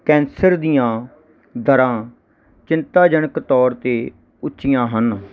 cancer ਦੀਆਂ ਦਰਾਂ ਚਿੰਤਾਜਨਕ ਤੌਰ 'ਤੇ ਉੱਚੀਆਂ ਹਨ